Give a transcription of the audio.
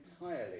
entirely